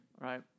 Right